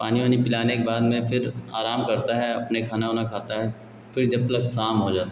पानी उनी पिलाने के बाद में फिर आराम करता है अपने खाना उना खाता है फिर जब तलक शाम हो जाती है